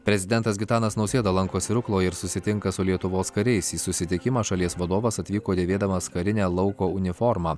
prezidentas gitanas nausėda lankosi rukloje ir susitinka su lietuvos kariais į susitikimą šalies vadovas atvyko dėvėdamas karinę lauko uniformą